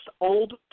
old